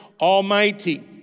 Almighty